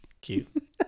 Cute